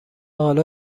حالا